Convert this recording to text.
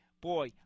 boy